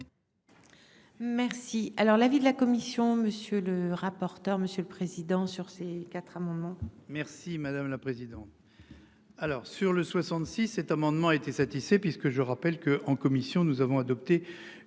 Merci alors l'avis de la commission. Monsieur le rapporteur. Monsieur le président. Sur ces quatre amendements. Merci madame la présidente. Alors sur le 66. Cet amendement était satisfait puisque je rappelle que en commission, nous avons adopté